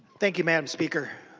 thank you mme. um speaker.